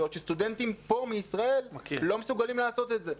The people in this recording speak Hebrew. בעוד שסטודנטים מישראל לא מסוגלים לעשות את זה.